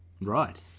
Right